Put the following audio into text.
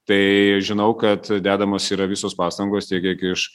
tai žinau kad dedamos yra visos pastangos tiek kiek iš